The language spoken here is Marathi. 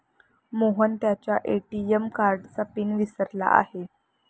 मोहन त्याच्या ए.टी.एम कार्डचा पिन विसरला आहे